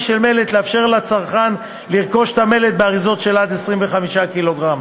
של מלט לאפשר לצרכן לרכוש את המלט באריזות שעד 25 קילוגרם.